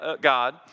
God